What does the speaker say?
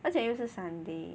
而且又是 Sunday